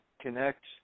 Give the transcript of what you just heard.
connect